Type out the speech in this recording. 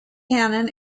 cannon